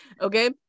okay